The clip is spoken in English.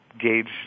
gauge